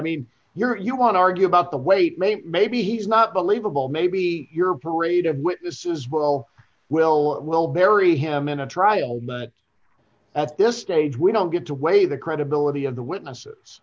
mean you're you want to argue about the weight maybe maybe he's not believable maybe your parade of witnesses will will will bury him in a trial but at this stage we don't get to weigh the credibility of the witnesses